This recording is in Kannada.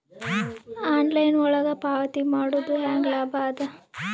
ಆನ್ಲೈನ್ ಒಳಗ ಪಾವತಿ ಮಾಡುದು ಹ್ಯಾಂಗ ಲಾಭ ಆದ?